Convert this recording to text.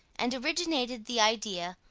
and originated the idea,